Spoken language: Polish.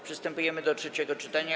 Przystępujemy do trzeciego czytania.